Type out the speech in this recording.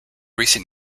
recent